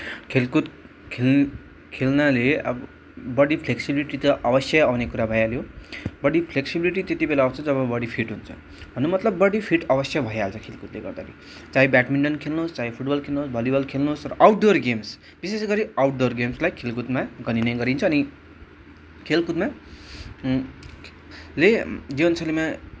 खेलकुद खेल खेल्नाले अब बडी फ्लेक्सिबिलिटी त अवश्य आउने कुरा भइहाल्यो बडी फ्लेक्सिबिलिटी त्यति बेला आउँछ जब बडी फिट हुन्छ भन्नु मतलब बडी फिट अवश्य भइहाल्छ खेलकुदले गर्दाखेरि चाहे ब्याडमिन्टन खेल्नुहोस् चाहे फुटबल खेल्नुहोस् भलिबल खेल्नुहोस् र आउटडोर गेम्स विशेष गरी आउटडोर गेम्सलाई खेलकुदमा गनिने गरिन्छ अनि खेलकुदमा ले जीवनशैलीमा